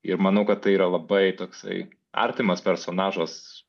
ir manau kad tai yra labai toksai artimas personažas